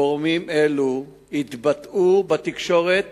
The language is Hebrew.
גורמים אלו אמרו בתקשורת